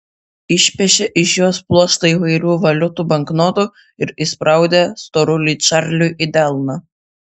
išpešė iš jos pluoštą įvairių valiutų banknotų ir įspraudė storuliui čarliui į delną